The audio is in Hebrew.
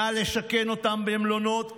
נא לשכן אותם במלונות,